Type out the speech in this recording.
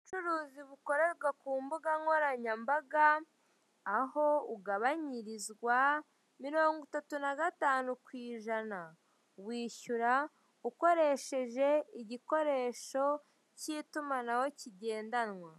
Ubucuruzi bukorerwa ku mbuga nkoranyambaga aho ugabanyirizwa mirongo itatu na gatanu ku ijana wishyura ukoresheje igikoresho k'itumanaho kigendanwa.